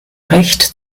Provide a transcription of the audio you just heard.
recht